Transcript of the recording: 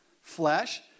flesh